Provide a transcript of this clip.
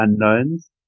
unknowns